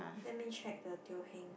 let me check the Teo-Heng